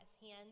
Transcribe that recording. hands